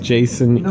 Jason